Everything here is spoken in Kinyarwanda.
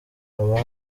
haba